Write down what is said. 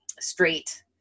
straight